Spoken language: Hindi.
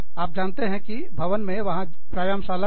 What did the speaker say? आप जानते हैं के भवन में वहां व्यायामशाला जिम है